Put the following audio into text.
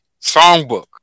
songbook